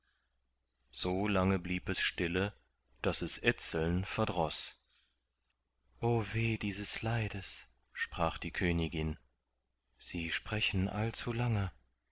so lange blieb es stille daß es etzeln verdroß o weh dieses leides sprach die königin sie sprechen